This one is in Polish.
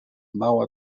mała